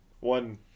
One